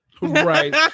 Right